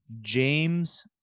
James